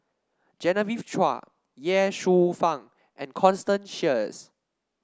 Genevieve Chua Ye Shufang and Constance Sheares